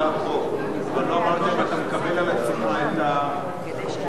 אבל לא אמרת אם אתה מקבל על עצמך את ההסכמה,